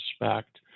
respect